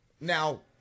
Now